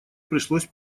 пришлось